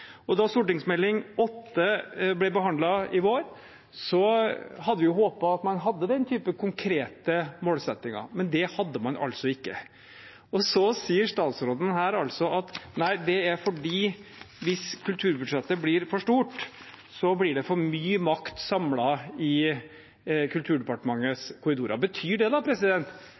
hatt. Da Meld. St. 8 for 2018–2019 ble behandlet i vår, hadde vi håpet at man hadde den typen konkrete målsettinger, men det hadde man altså ikke. Statsråden sier at det er fordi at hvis kulturbudsjettet blir for stort, blir det for mye makt samlet i Kulturdepartementets korridorer. Betyr det da